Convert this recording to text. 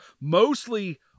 mostly